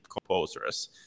composers